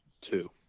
two